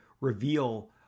reveal